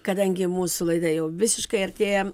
kadangi mūsų laida jau visiškai artėja